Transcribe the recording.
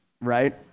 right